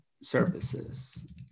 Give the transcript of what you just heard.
services